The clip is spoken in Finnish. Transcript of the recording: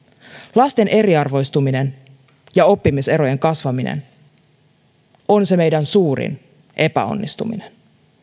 lasten eriarvoistuminen ja oppimiserojen kasvaminen on se meidän suurin epäonnistumisemme